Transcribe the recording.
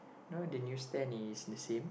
no the news stand is the same